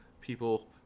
people